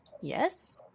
Yes